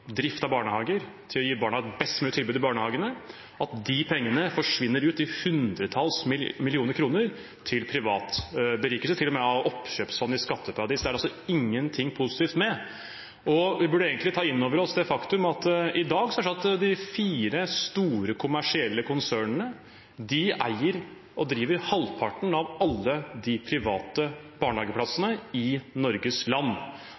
drift av barnehager, til å gi barna et best mulig tilbud i barnehagene, forsvinner ut i hundretalls millioner kroner til privat berikelse – til og med til oppkjøpsfond i skatteparadis. Det er det ikke noe positivt ved. Vi burde egentlig ta inn over oss det faktum at i dag er det sånn at de fire store, kommersielle konsernene eier og driver halvparten av alle de private barnehagene i Norges land.